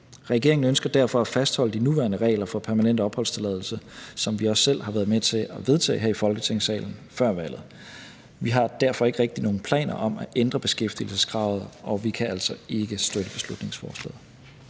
Regeringen ønsker derfor at fastholde de nuværende regler for opnåelse af permanent opholdstilladelse, som vi også selv har været med til at vedtage her i Folketingssalen før valget. Vi har derfor ikke rigtig nogen planer om at ændre beskæftigelseskravet, og vi kan altså ikke støtte beslutningsforslaget.